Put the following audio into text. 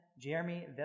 Jeremy